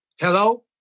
Hello